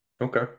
Okay